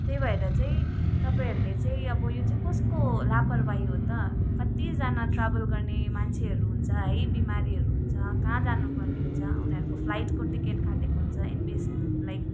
त्यही भएर चाहिँ तपाईँहरूले चाहिँ अब यो चाहिँ कसको लापरवाही हो त कत्तिजना ट्राभल गर्ने मान्छेहरू हुन्छ है बिमारीहरू हुन्छ कहाँ जानु पर्ने हुन्छ उनीहरूको फ्लाइटको टिकट काटेको हुन्छ एनबिएस लाइक